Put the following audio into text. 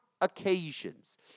occasions